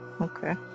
Okay